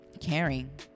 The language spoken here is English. caring